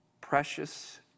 Precious